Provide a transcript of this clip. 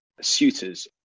suitors